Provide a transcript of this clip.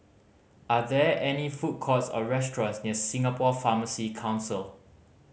are there any food courts or restaurants near Singapore Pharmacy Council